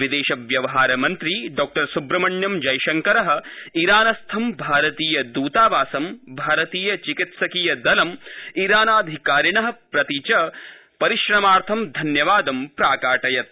विदेश व्यवहार मन्त्री डॉ स्ब्रमण्यम् जयशङंकर ईरानस्थं भारतीय दूतावासं भारतीय चिकित्सकीय दलं ईरानाधकारिण प्रति च परिश्रमार्थ धन्यवादं प्राकाटयत्